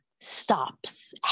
stops